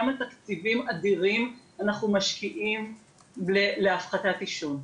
כמה תקציבים אדירים אנחנו משקיעים להפסקת עישון.